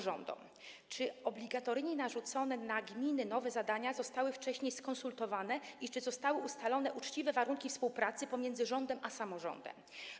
Czy obligatoryjnie nałożone na gminę nowe zadania zostały wcześniej skonsultowane i czy zostały ustalone uczciwe warunki współpracy pomiędzy rządem a samorządem?